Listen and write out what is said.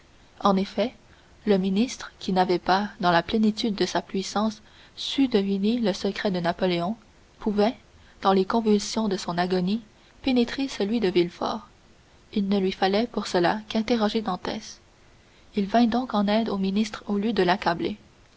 en effet le ministre qui n'avait pas dans la plénitude de sa puissance su deviner le secret de napoléon pouvait dans les convulsions de son agonie pénétrer celui de villefort il ne lui fallait pour cela qu'interroger dantès il vint donc en aide au ministre au lieu de l'accabler